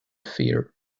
fear